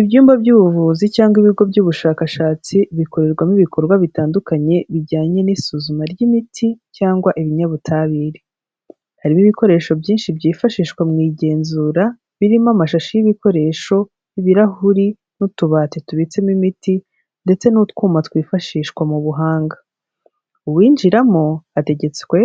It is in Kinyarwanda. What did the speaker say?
Ibyumba by'ubuvuzi cyangwa ibigo by'ubushakashatsi bikorerwamo ibikorwa bitandukanye bijyanye n'isuzuma ry'imiti cyangwa ibinyabutabire. Harimo ibikoresho byinshi byifashishwa mu igenzura birimo amashashi y'ibikoresho, ibirahuri n'utubati tubitsemo imiti ndetse n'utwuma twifashishwa mu buhanga. Uwinjiramo ategetswe